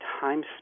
time